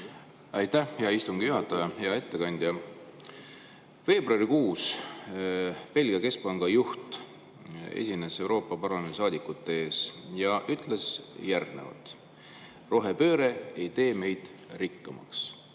Aitäh, hea istungi juhataja! Hea ettekandja! Veebruarikuus Belgia keskpanga juht esines Euroopa Parlamendi saadikute ees ja ütles järgnevat: rohepööre ei tee meid rikkamaks.